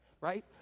right